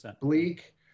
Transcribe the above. bleak